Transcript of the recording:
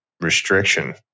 restriction